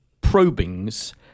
probings